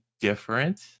Different